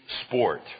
sport